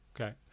Okay